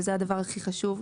וזה הדבר הכי חשוב.